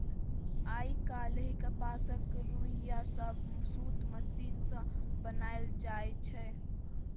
आइ काल्हि कपासक रुइया सँ सुत मशीन सँ बनाएल जाइ छै